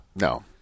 No